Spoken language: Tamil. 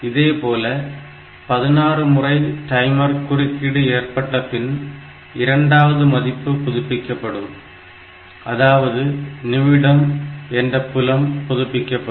இதேபோல் 16 முறை டைமர் குறுக்கீடு ஏற்பட்ட பின் இரண்டாவது மதிப்பு புதுப்பிக்கப்படும் அதாவது நிமிடம் என்ற புலம் புதுப்பிக்கப்படும்